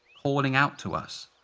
calling out to us,